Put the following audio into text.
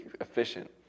efficient